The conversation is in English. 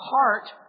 heart